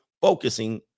focusing